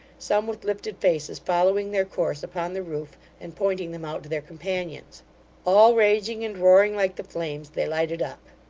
some with lifted faces following their course upon the roof and pointing them out to their companions all raging and roaring like the flames they lighted up.